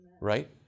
Right